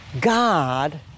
God